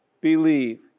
believe